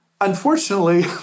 Unfortunately